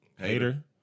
hater